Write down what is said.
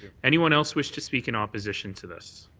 anyone else wish to speak in opposition to this?